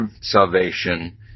salvation